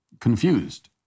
confused